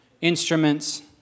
instruments